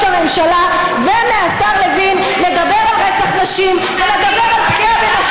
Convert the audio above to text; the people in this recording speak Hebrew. הממשלה ומהשר לוין לדבר על רצח נשים בנשים,